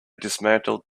dismantled